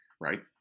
right